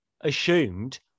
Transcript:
assumed